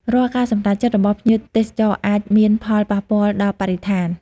រាល់ការសម្រេចចិត្តរបស់ភ្ញៀវទេសចរអាចមានផលប៉ះពាល់ដល់បរិស្ថាន។